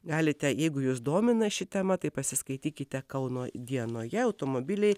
galite jeigu jus domina ši tema tai pasiskaitykite kauno dienoje automobiliai